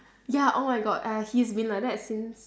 ya oh my god !aiya! he's been like that since